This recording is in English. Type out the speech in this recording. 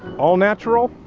all natural?